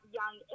young